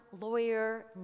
lawyer